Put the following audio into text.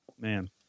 Man